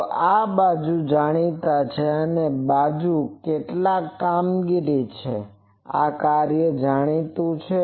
તો આ બાજુ જાણીતી છે આ બાજુ કેટલાક કામગીરી છે આ કાર્ય જાણીતું છે